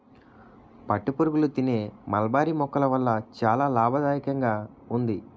పట్టుపురుగులు తినే మల్బరీ మొక్కల వల్ల చాలా లాభదాయకంగా ఉంది